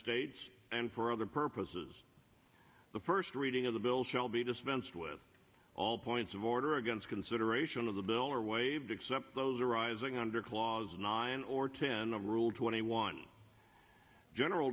states and for other purposes the first reading of the bill shall be dispensed with all points of order against consideration of the bill are waived except those arising under clause nine or ten of rule twenty one general